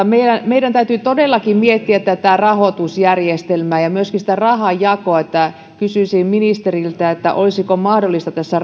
meidän meidän täytyy todellakin miettiä tätä rahoitusjärjestelmää ja myöskin rahanjakoa kysyisin ministeriltä olisiko mahdollista tässä